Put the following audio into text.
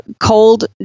cold